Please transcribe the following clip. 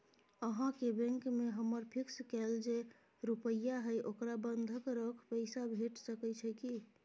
अहाँके बैंक में हमर फिक्स कैल जे रुपिया हय ओकरा बंधक रख पैसा भेट सकै छै कि?